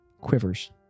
quivers